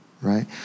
right